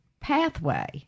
pathway